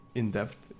in-depth